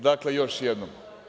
Dakle, još jednom.